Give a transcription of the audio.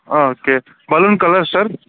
ah okay balloon colour sir